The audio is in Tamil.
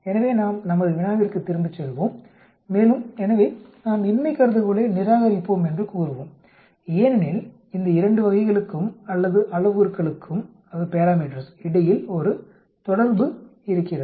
எனவே நாம் நமது வினாவிற்குத் திரும்பிச் செல்வோம் மேலும் எனவே நாம் இன்மை கருதுகோளை நிராகரிப்போம் என்று கூறுவோம் ஏனெனில் இந்த இரண்டு வகைகளுக்கும் அல்லது அளவுருக்களுக்கும் இடையில் ஒரு தொடர்பு இருக்கிறது